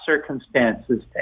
circumstances